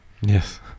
yes